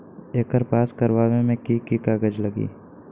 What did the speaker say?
एकर पास करवावे मे की की कागज लगी?